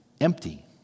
empty